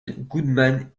goodman